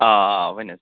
آ آ ؤنِو